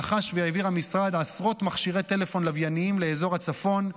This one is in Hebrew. המשרד רכש והעביר עשרות מכשירי טלפון לווייניים לאזור הצפון.